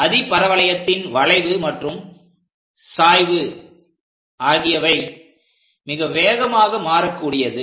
அதிபரவளையத்தின் வளைவு மற்றும் சாய்வு ஆகியவை மிக வேகமாக மாறக்கூடியது